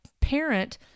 parent